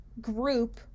group